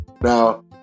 Now